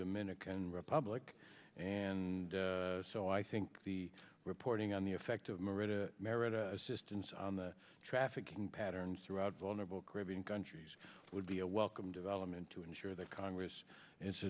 dominican republic and so i think the reporting on the effect of merit or assistance on the trafficking patterns throughout vulnerable caribbean countries would be a welcome development to ensure that congress